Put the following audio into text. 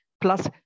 plus